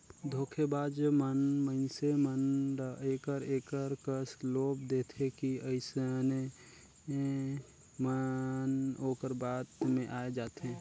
धोखेबाज मन मइनसे मन ल एकर एकर कस लोभ देथे कि मइनसे मन ओकर बात में आए जाथें